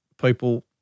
people